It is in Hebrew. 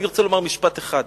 אני רוצה לומר משפט אחד.